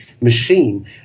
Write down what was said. machine